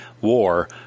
war